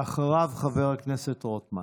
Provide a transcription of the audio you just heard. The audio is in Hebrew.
ואחריו, חבר הכנסת רוטמן.